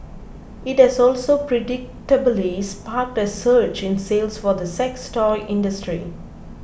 it has also predictably sparked a surge in sales for the sex toy industry